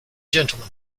gentlemen